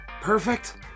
perfect